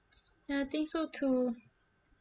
ya I think so too